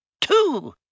Two